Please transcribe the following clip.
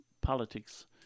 politics